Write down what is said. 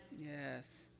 Yes